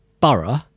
borough